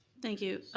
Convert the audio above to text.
thank you.